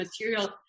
material